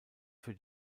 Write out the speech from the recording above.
für